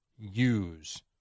use